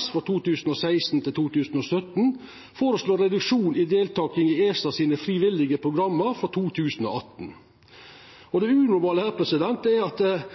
S for 2016–2017 føreslår reduksjon i deltaking i ESAs frivillige program frå 2018. Det unormale her er at